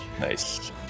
nice